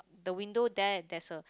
the window there there's a